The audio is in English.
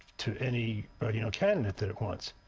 to any you know candidate that it wants.